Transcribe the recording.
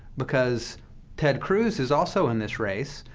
because ted cruz is also in this race.